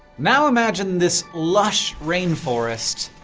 now imagine this lush rainforest.